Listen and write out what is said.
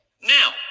now